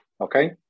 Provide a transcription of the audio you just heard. Okay